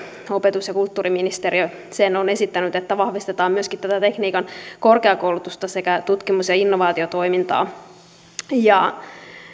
opetus ja kulttuuriministeriö sen on esittänyt että vahvistetaan myöskin tekniikan korkeakoulutusta sekä tutkimus ja innovaatiotoimintaa ja